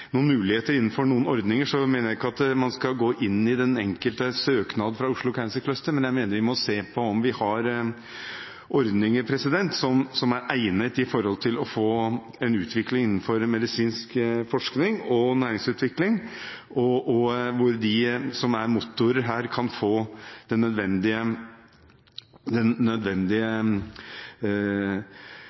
noen muligheter innenfor noen ordninger, mener jeg ikke at man skal gå inn i den enkelte søknad fra Oslo Cancer Cluster, men jeg mener vi må se på om vi har ordninger som er egnet for å få en utvikling innenfor medisinsk forskning og næringsutvikling, og hvor de som er motorer her, kan få den nødvendige